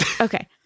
Okay